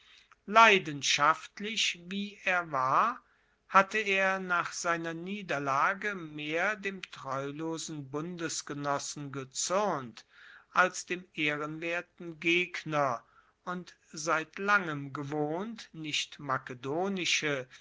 leidenschaftlich wie er war hatte er nach seiner niederlage mehr dem treulosen bundesgenossen gezuernt als dem ehrenwerten gegner und seit langem gewohnt nicht makedonische